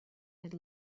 had